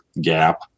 gap